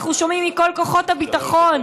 אנחנו שומעים מכל כוחות הביטחון,